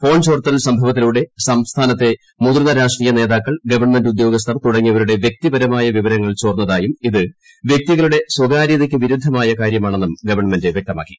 phone ചോർത്തൽ സംഭവത്തിലൂടെ സംസ്ഥാനത്തെ മുതിർന്ന രാഷ്ട്രീയ നേതാക്കൾ ഗവൺമെന്റ് ഉദ്യോഗസ്ഥർ തുടങ്ങിയവരുടെ വ്യക്തിപരമായ വിവരങ്ങൾ ചോർന്നതായും ഇത് വൃക്തികളുടെ സ്വകാര്യതയ്ക്ക് വിരുദ്ധമായ കാര്യമാണെന്നും ഗവൺമെന്റ് വ്യക്തമാക്കി